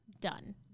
done